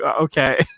okay